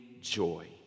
joy